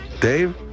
Dave